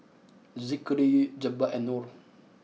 Zikri Jebat and Nor